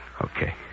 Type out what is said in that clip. Okay